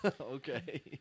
Okay